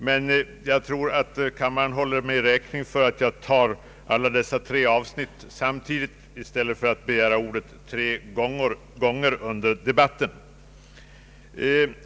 Men jag tror att kammaren håller mig räkning för att jag tar upp alla dessa tre avsnitt samtidigt i stället för att begära ordet tre gånger under debatten.